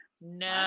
No